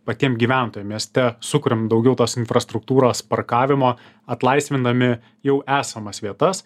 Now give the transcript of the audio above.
patiem gyventojam mieste sukuriam daugiau tos infrastruktūros parkavimo atlaisvindami jau esamas vietas